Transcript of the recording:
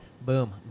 boom